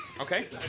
Okay